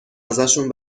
ازشون